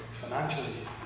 financially